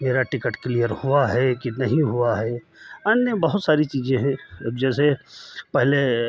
मेरा ticket clear हुआ है कि नहीं हुआ है अन्य बहुत सारी चीज़ें हैं अब जैसे पहले